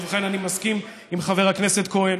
ובכן, אני מסכים עם חבר הכנסת כהן